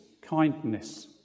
kindness